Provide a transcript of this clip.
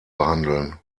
behandeln